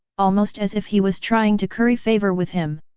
almost as if he was trying to curry favor with him.